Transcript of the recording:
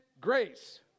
grace